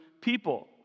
people